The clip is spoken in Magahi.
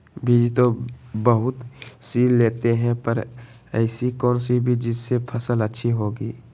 बीज तो बहुत सी लेते हैं पर ऐसी कौन सी बिज जिससे फसल अच्छी होगी?